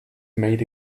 made